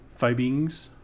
Fibings